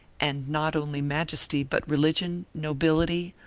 and not only majesty, but religion, nobility,